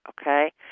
okay